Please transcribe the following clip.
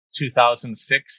2006